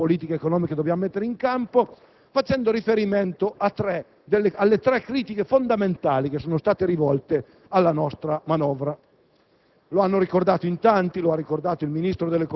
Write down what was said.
sul tema della strategia di politica economica da mettere in campo, facendo riferimento alle tre critiche fondamentali che sono state rivolte alla manovra.